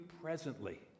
presently